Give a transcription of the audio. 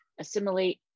assimilate